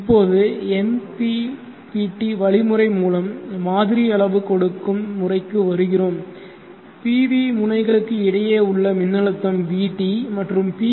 இப்போது MPPT வழிமுறை மூலம் மாதிரி அளவு கொடுக்கும் முறைக்கு வருகிறோம் PV முனைகளுக்கு இடையே உள்ள மின்னழுத்தம் Vt மற்றும் பி